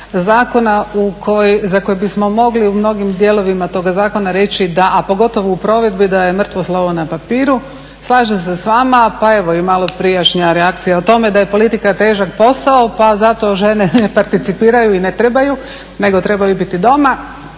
zakona za koji bismo mogli u mnogim dijelovima toga zakona reći da, a pogotovo u provedbi, da je mrtvo slovo na papiru. Slažem se s vama. Pa evo i maloprijašnja reakcija o tome da je politika težak posao pa zato žene ne participiraju i ne trebaju nego trebaju biti doma